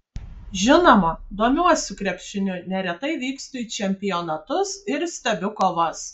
žinoma domiuosi krepšiniu neretai vykstu į čempionatus ir stebiu kovas